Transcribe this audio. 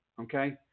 okay